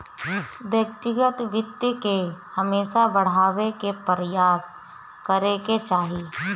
व्यक्तिगत वित्त के हमेशा बढ़ावे के प्रयास करे के चाही